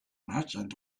merchant